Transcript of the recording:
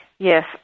Yes